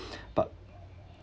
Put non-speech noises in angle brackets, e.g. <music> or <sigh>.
<noise> but